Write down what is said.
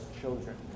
Children